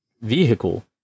vehicle